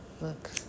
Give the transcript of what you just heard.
Look